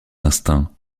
instincts